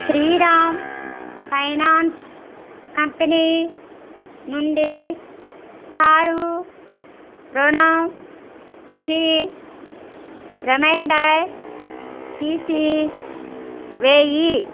Sriram finance company నుండి car రుణంకి reminder తీసి వేయి